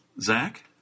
Zach